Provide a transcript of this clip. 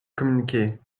communiquer